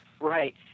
right